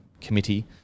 committee